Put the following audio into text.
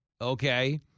Okay